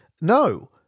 No